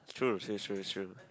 true that's true that's true